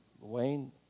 Wayne